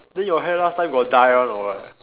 then your hair last time got dye one or what